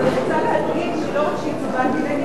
אז אני רוצה להגיד שלא רק שהצבעתי נגד,